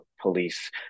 police